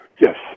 Yes